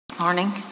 Morning